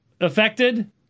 affected